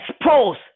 expose